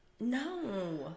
no